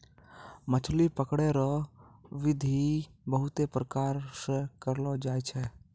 मछली पकड़ै रो बिधि बहुते प्रकार से करलो जाय छै